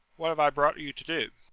what have i brought you to do?